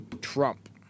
Trump